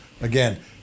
Again